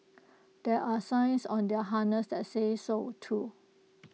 there are signs on their harness that say so too